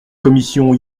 commission